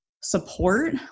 Support